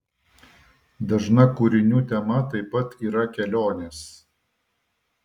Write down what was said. dažna kūrinių tema taip pat yra kelionės